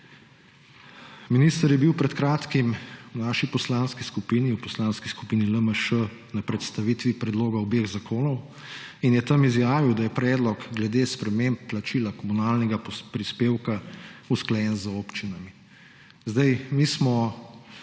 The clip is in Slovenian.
Minister je bil pred kratkim v naši poslanski skupini, v Poslanski skupini LMŠ, na predstavitvi predlogov obeh zakonov in je tam izjavil, da je predlog glede sprememb plačila komunalnega prispevka usklajen z občinami. Mi smo